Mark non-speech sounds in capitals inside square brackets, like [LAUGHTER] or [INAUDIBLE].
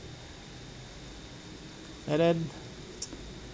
and then [NOISE]